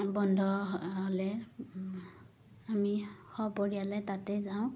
বন্ধ হ'লে আমি সপৰিয়ালে তাতে যাওঁ